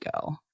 go